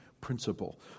principle